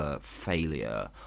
failure